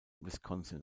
wisconsin